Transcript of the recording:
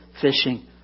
fishing